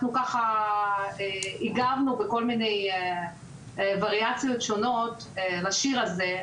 ככה הגבנו בכל מיני וריאציות שונות לשיר הזה,